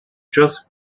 just